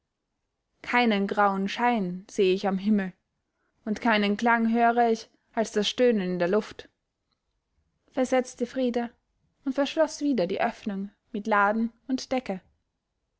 keinen grauen schein sehe ich am himmel und keinen klang höre ich als das stöhnen in der luft versetzte frida und verschloß wieder die öffnung mit laden und decke